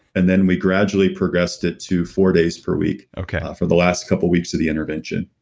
and then we gradually progressed it to four days per week for the last couple of weeks of the intervention.